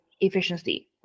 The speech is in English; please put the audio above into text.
efficiency